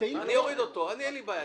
אני אוריד אותו, אין לי בעיה.